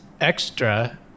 Extra